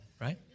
right